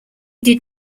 did